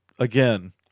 Again